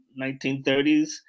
1930s